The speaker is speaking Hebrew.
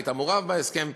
היית מעורב בהסכם,